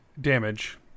damage